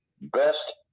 best